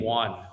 one